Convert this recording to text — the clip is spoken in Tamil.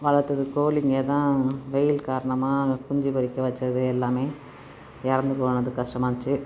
வளர்த்தது கோழிங்க தான் வெயில் காரணமாக குஞ்சு பொரிக்க வச்சது எல்லாமே இறந்து போனது கஷ்டமாக இருந்துச்சு